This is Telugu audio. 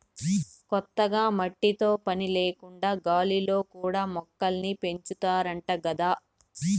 కొత్తగా మట్టితో పని లేకుండా గాలిలో కూడా మొక్కల్ని పెంచాతన్నారంట గదా